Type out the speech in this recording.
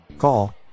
Call